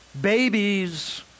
Babies